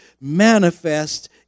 manifest